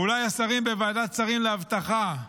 או אולי השרים בוועדת שרים לאבטחה,